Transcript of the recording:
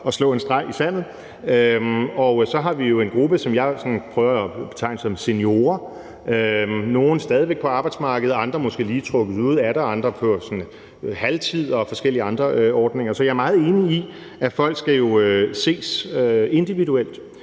at slå en streg i sandet. Så har vi jo en gruppe, som jeg sådan prøver at betegne som seniorer. Nogle af dem er stadig væk på arbejdsmarkedet, og andre har måske lige trukket sig ud af det, og andre er sådan på halvtid og forskellige andre ordninger. Så jeg er jo meget enig i, at folk skal ses på individuelt,